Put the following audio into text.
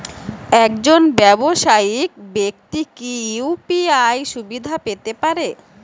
একজন ব্যাবসায়িক ব্যাক্তি কি ইউ.পি.আই সুবিধা পেতে পারে?